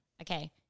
Okay